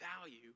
value